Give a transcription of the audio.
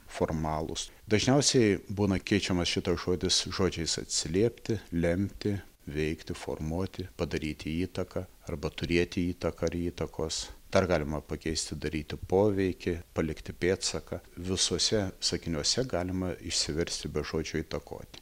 formalūs dažniausiai būna keičiamas šitas žodis žodžiais atsiliepti lemti veikti formuoti padaryti įtaką arba turėti įtaką ar įtakos dar galima pakeisti daryti poveikį palikti pėdsaką visuose sakiniuose galima išsiversti be žodžio įtakoti